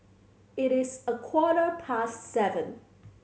it is a quarter past seven